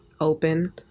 open